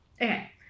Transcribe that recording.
okay